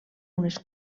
unes